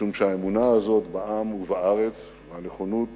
משום שהאמונה הזאת בעם ובארץ והנכונות